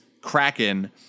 kraken